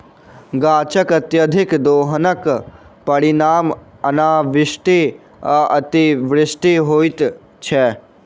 गाछकअत्यधिक दोहनक परिणाम अनावृष्टि आ अतिवृष्टि होइत छै